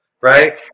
right